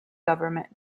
government